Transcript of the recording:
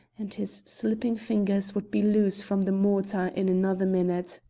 and his slipping fingers would be loose from the mortar in another minute!